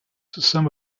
some